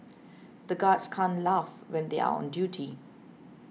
the guards can't laugh when they are on duty